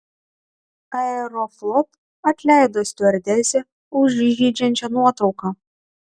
aeroflot atleido stiuardesę už įžeidžiančią nuotrauką